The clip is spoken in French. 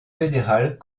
fédérales